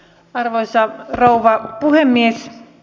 arvoisa rouva puhemies